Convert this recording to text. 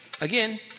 Again